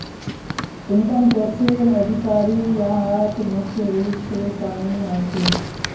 income टैक्सेर अधिकारी यहात मुख्य रूप स शामिल ह छेक